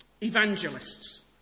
evangelists